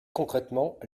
concrètement